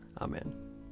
Amen